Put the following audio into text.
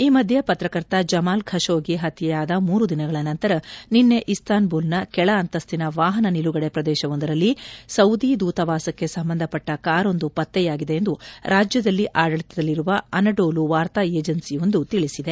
ಈ ಮಧ್ಯ ಪತ್ರಕರ್ತ ಜಮಾಲ್ ಖಶೋಗಿ ಪತ್ತೆಯಾದ ಮೂರು ದಿನಗಳ ನಂತರ ನಿನ್ನೆ ಇಸ್ತಾನ್ಬುಲ್ನ ಕೆಳಅಂತ್ತುನ ವಾಹನ ನಿಲುಗಡೆ ಪ್ರದೇಶವೊಂದರಲ್ಲಿ ಸೌದಿ ದೂತಾವಾಸಕ್ಕೆ ಸಂಬಂಧಪಟ್ಟ ಕಾರೊಂದು ಪತ್ತೆಯಾಗಿದೆ ಎಂದು ರಾಜ್ಯದಲ್ಲಿ ಆಡಳಿತದಲ್ಲಿರುವ ಅನಡೋಲು ವಾರ್ತಾ ಏಜೆನ್ಸಿಯೊಂದು ತಿಳಿಸಿದೆ